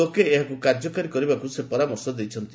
ଲୋକେ ଏହାକୁ କାର୍ଯ୍ୟକାରୀ କରିବାକୁ ସେ ପରାମର୍ଶ ଦେଇଛନ୍ତି